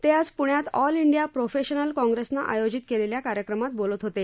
ते आज प्ण्यात ऑल इंडिया प्रोफेशनल काँग्रेसनं आयोजित केलेल्या कार्यक्रमात बोलत होते